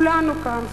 כולנו כאן,